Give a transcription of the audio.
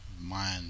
mind